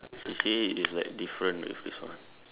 C_C_A is like different with this one